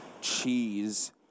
cheese